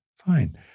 Fine